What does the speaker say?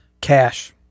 Cash